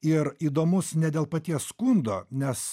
ir įdomus ne dėl paties skundo nes